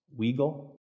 Weigel